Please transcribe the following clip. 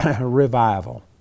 revival